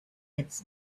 its